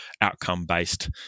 outcome-based